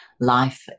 life